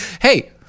Hey